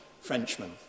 Frenchman